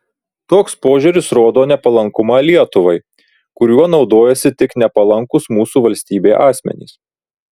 toks požiūris rodo nepalankumą lietuvai kuriuo naudojasi tik nepalankūs mūsų valstybei asmenys